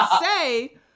say